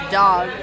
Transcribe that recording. dog